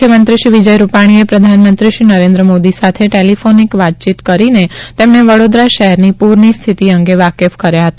મુખ્યમંત્રીશ્રી વિજય રુપાણીએ પ્રધાનમંત્રીશ્રી નરેન્દ્ર મોદી સાથે ટેલિફોનિક વાતચીત કરીને તેમને વડોદરા શહેરની પ્રરની સ્થિતિ અંગે વાકેફ કર્યા હતા